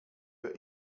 wir